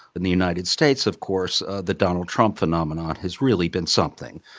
in the united states, of course, the donald trump phenomenon has really been something.